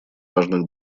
важных